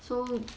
so